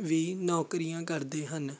ਵੀ ਨੌਕਰੀਆਂ ਕਰਦੇ ਹਨ